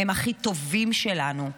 הם הכי טובים שלנו.